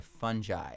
fungi